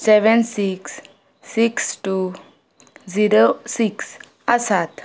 seven six six two zero six आसात